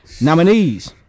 Nominees